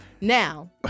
Now